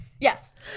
yes